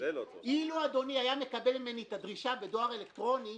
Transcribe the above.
אילו אדוני היה מקבל ממני את הדרישה הייתי